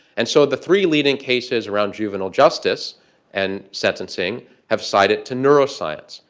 and so the three leading cases around juvenile justice and sentencing have cited to neuroscience.